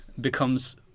becomes